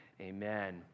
Amen